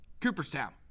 Cooperstown